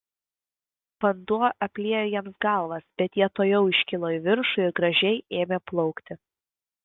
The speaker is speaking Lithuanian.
vanduo apliejo jiems galvas bet jie tuojau iškilo į viršų ir gražiai ėmė plaukti